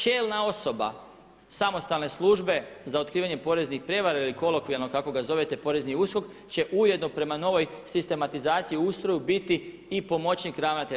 Čelna osoba samostalne službe za otkrivanje poreznih prijevara ili kolokvijalno kako ga zovete porezni USKOK će ujedno prema novoj sistematizaciji i ustroju biti i pomoćnik ravnatelja.